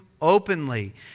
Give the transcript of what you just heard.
openly